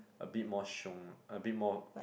a bit more xiong ah a bit more